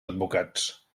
advocats